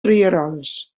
rierols